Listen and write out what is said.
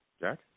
Jack